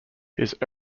his